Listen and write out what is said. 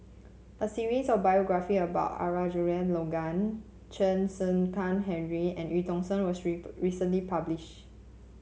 a series of biography about Logan Chen Henri and Eu Tong Sen was recently publish